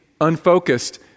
unfocused